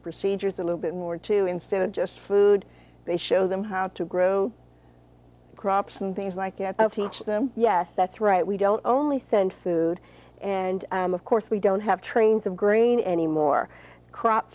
procedures a little bit more to instead of just food they show them how to grow crops and things like you have of teach them yes that's right we don't only send food and of course we don't have trains of grain any more crop